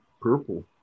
purple